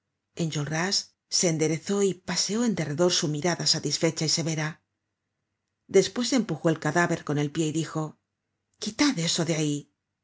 enjolras se enderezó y paseó en derredor su mirada satisfecha y severa despues empujó el cadáver con el pie y dijo quitad eso de ahí tres